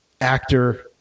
actor